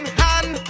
hand